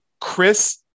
Chris